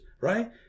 Right